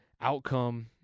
outcome